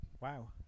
wow